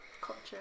culture